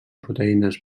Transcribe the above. proteïnes